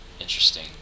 interesting